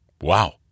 Wow